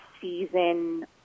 season